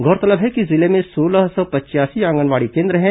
गौरतलब है कि जिले में सोलह सौ पचयासी आंगनवाड़ी केंद्र हैं